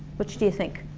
which do you think?